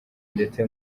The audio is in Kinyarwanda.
ndetse